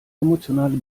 emotionale